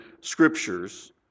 scriptures